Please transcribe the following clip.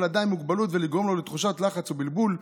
אדם עם מוגבלות ולגרום לו לתחושת לחץ ובלבול,